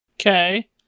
okay